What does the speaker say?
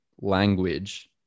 language